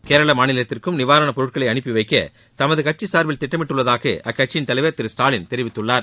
கேரள மாநிலத்திற்கும் நிவாரணப் பொருட்களை அனுப்பி வைக்க தமது திட்டமிடப்பட்டுள்ளதாக அக்கட்சியின் தலைவர் திரு ஸ்டாலின் தெரிவித்துள்ளார்